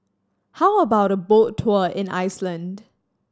how about a boat tour in Iceland